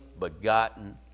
begotten